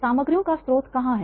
सामग्रियों का स्रोत कहां है